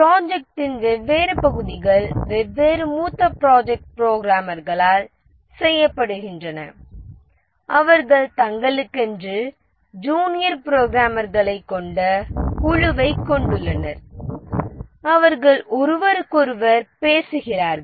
ப்ராஜெக்ட்டின் வெவ்வேறு பகுதிகள் வெவ்வேறு மூத்த ப்ராஜெக்ட் புரோகிராமர்களால் செய்யப்படுகின்றன அவர்கள் தங்களுக்கென்று ஜூனியர் புரோகிராமர்களைக் கொண்ட குழுவைக் கொண்டுள்ளனர் அவர்கள் ஒருவருக்கொருவர் பேசுகிறார்கள்